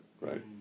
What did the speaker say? right